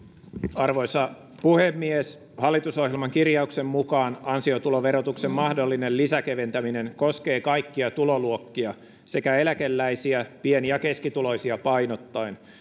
arvoisa puhemies hallitusohjelman kirjauksen mukaan ansiotuloverotuksen mahdollinen lisäkeventäminen koskee kaikkia tuloluokkia sekä eläkeläisiä pieni ja keskituloisia painottaen